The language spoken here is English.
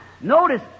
notice